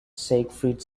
siegfried